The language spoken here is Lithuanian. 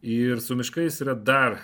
ir su miškais yra dar